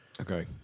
Okay